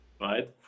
right